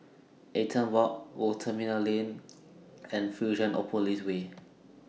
Eaton Walk Old Terminal Lane and Fusionopolis Way